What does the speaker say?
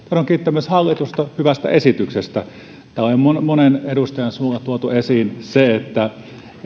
myös hallitusta hyvästä esityksestä täällä on monen edustajan suulla tuotu esiin se että